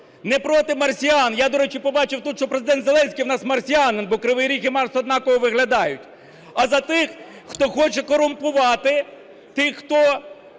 не проти марсіан. Я, до речі, побачив тут, що Президент Зеленський у нас марсіанин, бо Кривий Ріг і Марс однаково виглядають. А за тих, хто хоче корумпувати, тих, хто